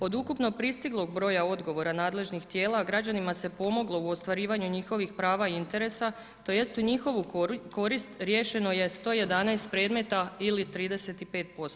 Od ukupno pristiglog odgovora nadležnih tijela, građanima se pomoglo u ostvarivanju njihovih prava i interesa, tj. u njihovu korist riješeno je 111 predmeta ili 35%